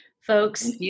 Folks